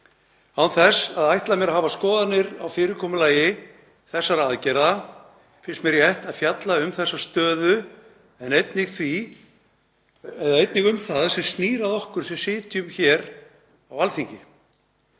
Án þess að ætla mér að hafa skoðanir á fyrirkomulagi þessara aðgerða finnst mér rétt að fjalla um þessa stöðu, en einnig um það sem snýr að okkur sem sitjum hér á Alþingi.